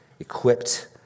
equipped